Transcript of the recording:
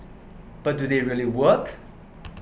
but do they really work